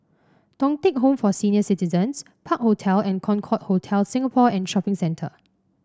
Thong Teck Home for Senior Citizens Park Hotel and Concorde Hotel Singapore and Shopping Centre